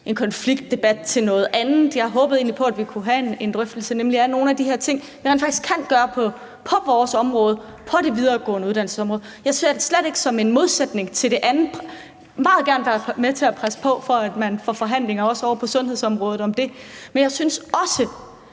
en konfliktdebat til noget andet. Jeg håbede egentlig på, at vi kunne have en drøftelse af nogle af de her ting, man faktisk kan gøre på vores område, altså på området for videregående uddannelser. Jeg ser det slet ikke som en modsætning til det andet. Jeg vil meget gerne være med til at presse på for, at man får forhandlinger også ovre på sundhedsområdet om det, men jeg synes også,